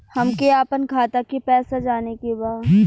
हमके आपन खाता के पैसा जाने के बा